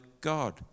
God